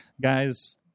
guys